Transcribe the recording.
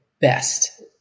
best